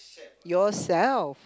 yourself